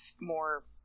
more